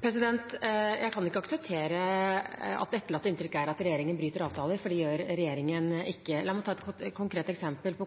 Jeg kan ikke akseptere at det etterlatte inntrykket er at regjeringen bryter avtaler, for det gjør regjeringen ikke. La meg ta konverteringsreglene som et konkret eksempel.